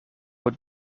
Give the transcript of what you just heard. het